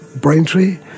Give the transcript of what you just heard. Braintree